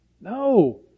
No